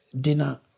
dinner